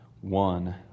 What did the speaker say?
one